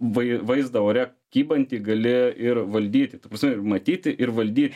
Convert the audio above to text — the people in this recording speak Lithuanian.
vai vaizdą ore kybantį gali ir valdyti ta prasme ir matyti ir valdyti